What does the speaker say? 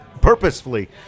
purposefully